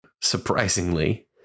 Surprisingly